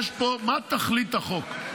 מה תכלית החוק?